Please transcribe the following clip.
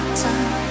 time